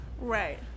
Right